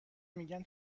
میگن